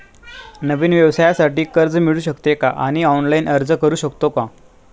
नवीन व्यवसायासाठी कर्ज मिळू शकते का आणि ऑनलाइन अर्ज करू शकतो का?